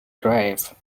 grave